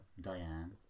Diane